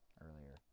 earlier